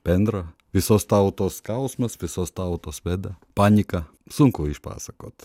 bendra visos tautos skausmas visos tautos bėda paniką sunku išpasakot